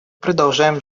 продолжаем